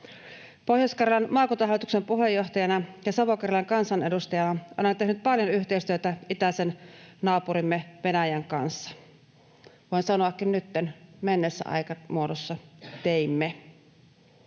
Pohjois-Karjalan maakuntahallituksen puheenjohtajana ja Savo-Karjalan kansanedustajana olen tehnyt paljon yhteistyötä itäisen naapurimme Venäjän kanssa — voin sanoakin nytten menneessä aikamuodossa: teimme.